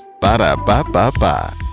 Ba-da-ba-ba-ba